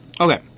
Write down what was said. Okay